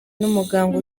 n’umuganga